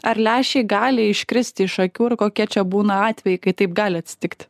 ar lęšiai gali iškristi iš akių ir kokie čia būna atvejai kai taip gali atsitikti